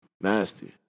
Nasty